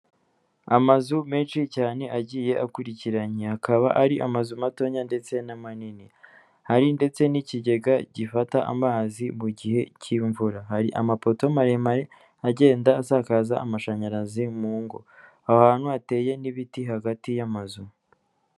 Amazu menshi cyane agiye akurikiranya akaba ari amazu matoya ndetse na manini .Hari ndetse n'ikigega gifata amazi mu gihe cy'imvura, hari amapoto maremare agenda asakaza amashanyarazi mu ngo aho hantu hateye n'ibiti hagati y'amazu.